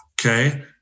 Okay